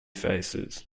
faces